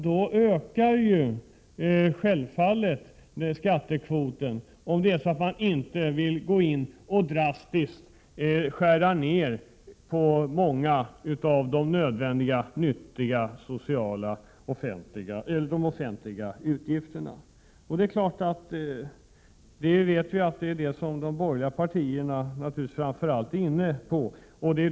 Då ökar självfallet skattekvoten, om man inte vill gå in och drastiskt skära ned många av de nödvändiga och nyttiga sociala åtagandena. Vi vet att det är det som de borgerliga partierna framför allt är ute efter.